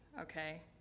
okay